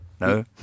No